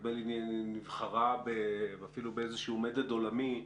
נדמה לי שהיא אפילו נבחרה באיזשהו מדד עולמי.